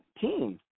team